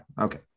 Okay